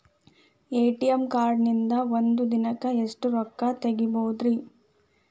ATM ಕಾರ್ಡ್ನ್ಯಾಗಿನ್ದ್ ಒಂದ್ ದಿನಕ್ಕ್ ಎಷ್ಟ ರೊಕ್ಕಾ ತೆಗಸ್ಬೋದ್ರಿ?